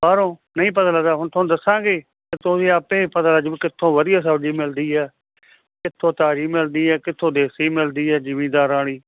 ਬਾਹਰੋਂ ਨਹੀਂ ਪਤਾ ਲੱਗਦਾ ਹੁਣ ਤੁਹਾਨੂੰ ਦੱਸਾਂਗੇ ਤੁਸੀਂ ਆਪੇ ਪਤਾ ਲੱਗਜੂ ਵੀ ਕਿੱਥੋਂ ਵਧੀਆ ਸਬਜ਼ੀ ਮਿਲਦੀ ਹੈ ਕਿੱਥੋਂ ਤਾਜ਼ੀ ਮਿਲਦੀ ਹੈ ਕਿੱਥੋਂ ਦੇਸੀ ਮਿਲਦੀ ਹੈ ਜਿਮੀਦਾਰਾਂ ਵਾਲੀ